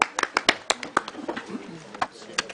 הישיבה